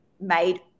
made